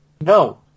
No